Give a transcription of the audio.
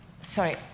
sorry